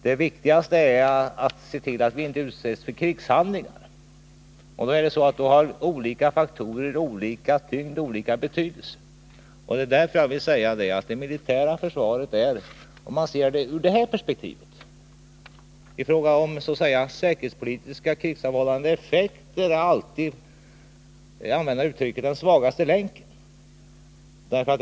Det viktigaste är att se till att vi inte utsätts för krigshandlingar. Därvid har olika faktorer olika tyngd och olika betydelse. Det militära försvaret är, sett ur det säkerhetspolitiska perspektivet och med hänsyn till den krigsavhållande effekten, den svagaste länken, om jag får använda det uttrycket.